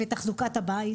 ריהוט ותחזוקת הבית.